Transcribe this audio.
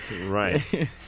Right